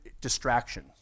distraction